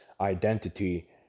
identity